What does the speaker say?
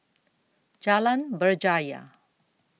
Jalan Berjaya